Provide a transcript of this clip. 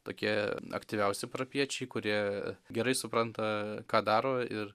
tokie aktyviausi parapijiečiai kurie gerai supranta ką daro ir